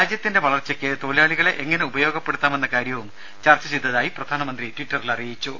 രാജ്യത്തിന്റെ വളർച്ചയ്ക്ക് തൊഴിലാളികളെ എങ്ങനെ ഉപയോഗപ്പെടുത്താമെന്ന കാര്യവും ചർച്ച ചെയ്തതായി പ്രധാനമന്ത്രി ട്വിറ്ററിൽ അറിയിച്ചു